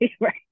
Right